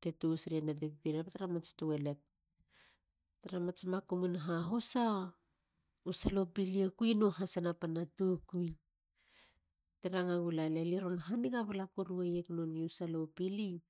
te totos ria na te pipi ria. ba mats tuelet. tra mats makumin hahusa, u salo pili e kui nua hasina pana tokui. Te ranga ggula lia. lia leron haniga baleiegu salo pili